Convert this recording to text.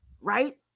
right